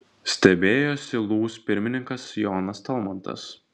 stebėjosi lūs pirmininkas jonas talmantas